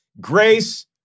Grace